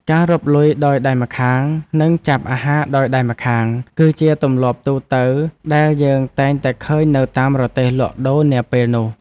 ការរាប់លុយដោយដៃម្ខាងនិងចាប់អាហារដោយដៃម្ខាង គឺជាទម្លាប់ទូទៅដែលយើងតែងតែឃើញនៅតាមរទេះលក់ដូរនាពេលនោះ។